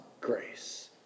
grace